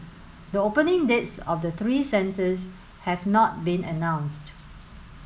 the opening dates of the three centres have not been announced